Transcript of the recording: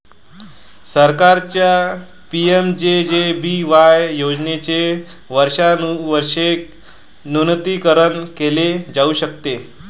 सरकारच्या पि.एम.जे.जे.बी.वाय योजनेचे वर्षानुवर्षे नूतनीकरण केले जाऊ शकते